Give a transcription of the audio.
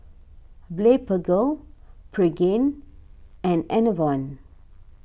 Blephagel Pregain and Enervon